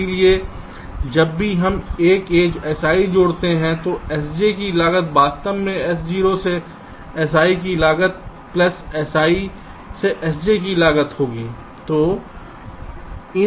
इसलिए जब भी हम एक एज si जोड़ते हैं तो sj की लागत वास्तव में s0 से si की लागत प्लस si से sj तक की लागत होगी